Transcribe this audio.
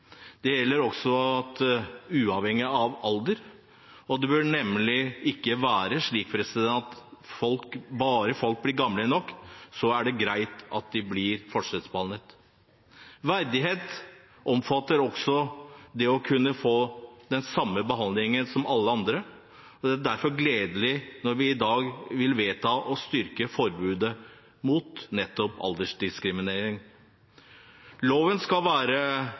Det gjelder også uavhengig av alder. Det bør nemlig ikke være slik at bare folk blir gamle nok, er det greit å forskjellsbehandle. Verdighet omfatter også det å kunne få den samme behandlingen som alle andre. Det er derfor gledelig når vi i dag vil vedta å styrke forbudet mot nettopp aldersdiskriminering. Loven skal være